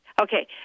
Okay